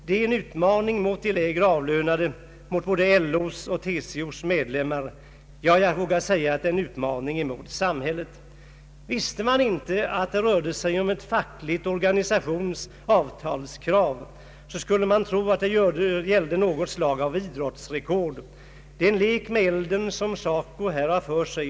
Det är en utmaning mot de lägre avlönade, mot både LO:s och TCO:s medlemmar. Ja, jag vågar säga att det är en utmaning mot samhället. Visste man inte att det rörde sig om ett fackligt organs avtalskrav, skulle man tro att det gällde något slags idrottsrekord. Det är en lek med elden som SACO här har för sig.